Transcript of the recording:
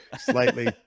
slightly